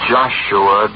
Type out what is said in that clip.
Joshua